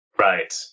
Right